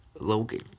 Logan